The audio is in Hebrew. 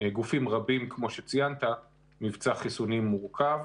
גופים רבים, כמו שציינת, מבצע חיסונים מורכב.